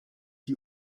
die